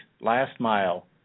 last-mile